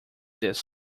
this